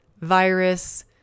virus